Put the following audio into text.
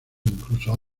incluso